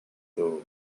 though